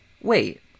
Wait